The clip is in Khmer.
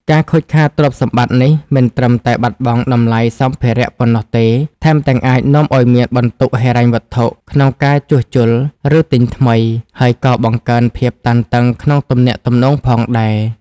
ការខូចខាតទ្រព្យសម្បត្តិនេះ មិនត្រឹមតែបាត់បង់តម្លៃសម្ភារៈប៉ុណ្ណោះទេ ថែមទាំងអាចនាំឲ្យមានបន្ទុកហិរញ្ញវត្ថុក្នុងការជួសជុល ឬទិញថ្មី ហើយក៏បង្កើនភាពតានតឹងក្នុងទំនាក់ទំនងផងដែរ។